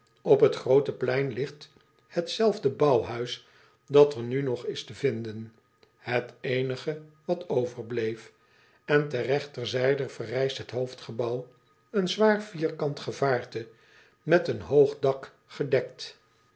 p het groote plein ligt hetzelfde bouwhuis dat er nu nog is te vinden het eenige wat overbleef en ter regterzijde verrijst het hoofdgebouw een zwaar vierkant gevaarte met een hoog dak gedekt